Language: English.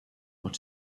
what